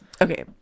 Okay